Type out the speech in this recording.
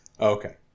Okay